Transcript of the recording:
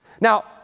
Now